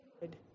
good